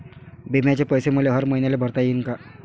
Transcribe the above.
बिम्याचे पैसे मले हर मईन्याले भरता येईन का?